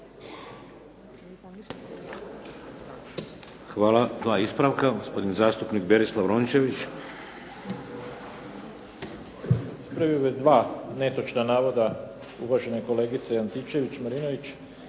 Hvala. Dva ispravka. Gospodin zastupnik Berislav Rončević.